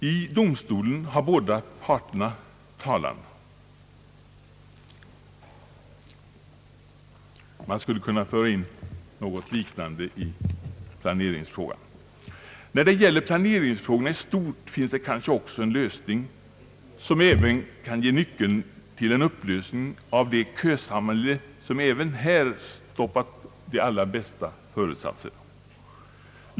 I domstolen har båda parterna talan; man skulle kunna föra in något liknande i planeringssammanhang. Då det gäller planeringsfrågorna i stort finns kanske också en lösning som kan ge nyckeln till en upplösning av det kösamhälle som stoppat de allra bästa föresatser, här liksom i andra sammanhang.